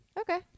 Okay